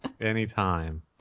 Anytime